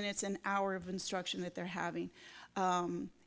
minutes an hour of instruction that they're having